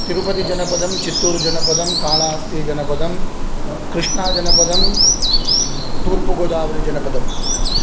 तिरुपतिजनपदम् चित्तूरुजनपदम् काळहस्तिजनपदम् कृष्णाजनपदम् दूर्पुगोदावरीजनपदम्